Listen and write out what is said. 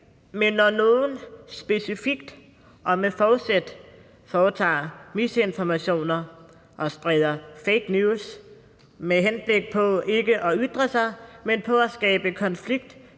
men når nogen specifikt og med forsæt spreder misinformationer og fake news med henblik på ikke at ytre sig, men på at skabe konflikt